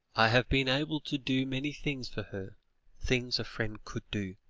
i have been able to do many things for her things a friend could do.